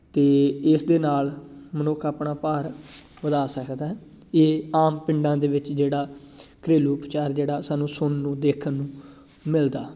ਅਤੇ ਇਸਦੇ ਨਾਲ ਮਨੁੱਖ ਆਪਣਾ ਭਾਰ ਵਧਾ ਸਕਦਾ ਇਹ ਆਮ ਪਿੰਡਾਂ ਦੇ ਵਿੱਚ ਜਿਹੜਾ ਘਰੇਲੂ ਉਪਚਾਰ ਜਿਹੜਾ ਸਾਨੂੰ ਸੁਣਨ ਨੂੰ ਦੇਖਣ ਨੂੰ ਮਿਲਦਾ